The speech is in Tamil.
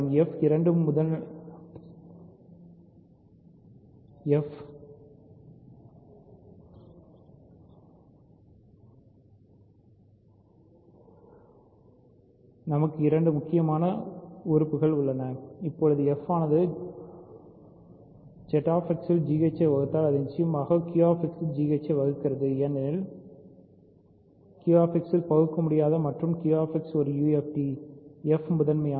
f இரண்டு முதல்நிலையானது மற்றும் f QX ல் பகுக்க முடியாதது என்று நமக்கு இரண்டு முக்கியமான கூற்றுக்கள் உள்ளன இப்போதுfஆனது ZH இல் gh ஐப் வகுத்தால் அது நிச்சயமாக QX இல் gh ஐப் வகுக்கிறது ஏனெனில்fQX இல் பகுக்கமுடியாதது மற்றும் QX ஒரு UFDfமுதன்மையானது